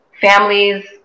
families